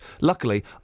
luckily